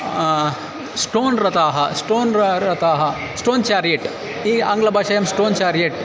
stone रथाः stone रथाः stone chariot ई आङ्ग्लभाषायां स्टोन् चार्येट्